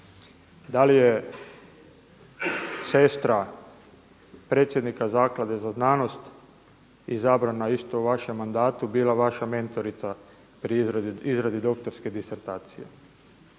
da li je sestra predsjednika Zaklade za znanost izabrana isto u vašem mandatu bila vaša mentorica pri izradi doktorske disertacije?